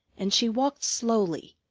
and she walked slowly,